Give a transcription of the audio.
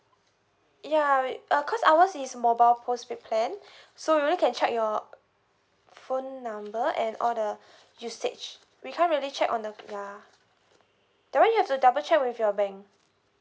yeah wait uh cause ours is mobile postpaid plan so we only can check your phone number and all the usage we can't really check on the yeah that one you have to double check with your bank